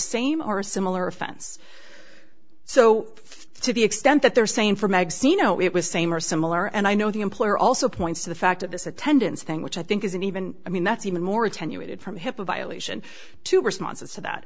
same or similar offense so to the extent that they're saying for magazine no it was same or similar and i know the employer also points to the fact of this attendance thing which i think is an even i mean that's even more attenuated from hipaa violation two responses to that